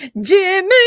Jimmy